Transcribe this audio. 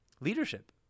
leadership